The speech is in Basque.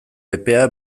epea